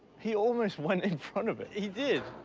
he almost went in front of it. he did.